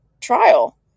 trial